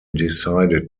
decided